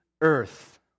earth